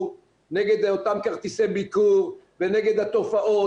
נגד אותם כרטיסי ביקור ונגד התופעות,